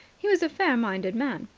he was a fair-minded man.